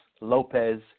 Lopez